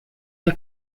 der